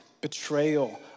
betrayal